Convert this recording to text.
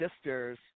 sisters